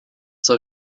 soll